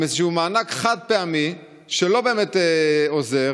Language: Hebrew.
עם איזשהו מענק חד-פעמי שלא באמת עוזר,